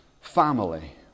family